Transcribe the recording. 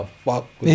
fuck